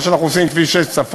מה שאנחנו עושים עם כביש 6 צפונה,